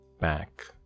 Back